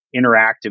interactive